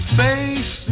face